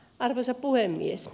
arvoisa puhemies